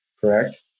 correct